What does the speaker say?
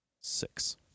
Six